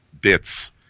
bits